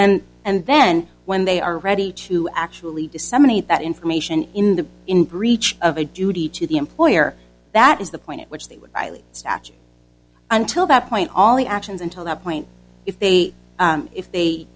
then and then when they are ready to actually disseminate that information in the in breach of a duty to the employer that is the point at which they were highly statue until that point all the actions until that point if they if they